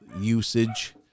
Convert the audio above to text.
usage